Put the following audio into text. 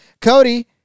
Cody